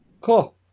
Cool